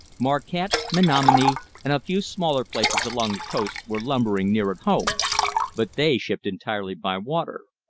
marquette, menominee, and a few smaller places along the coast were lumbering near at home but they shipped entirely by water.